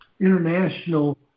international